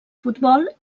futbol